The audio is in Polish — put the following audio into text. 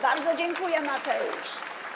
Bardzo dziękuję, Mateusz.